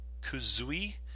Kuzui